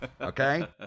Okay